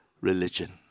religion